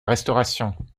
restauration